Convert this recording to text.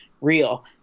real